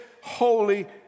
holy